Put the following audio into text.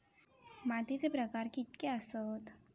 मातीचे प्रकार कितके आसत?